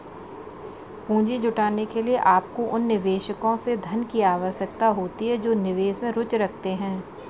पूंजी जुटाने के लिए, आपको उन निवेशकों से धन की आवश्यकता होती है जो निवेश में रुचि रखते हैं